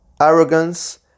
Arrogance